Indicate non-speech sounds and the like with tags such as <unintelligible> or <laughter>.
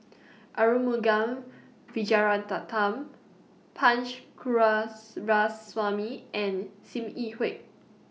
<noise> Arumugam <unintelligible> Punch <unintelligible> and SIM Yi Hui